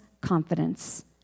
confidence